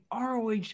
ROH